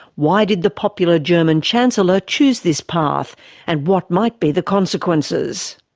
why did the popular german chancellor choose this path and what might be the consequences?